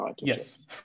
Yes